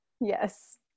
Yes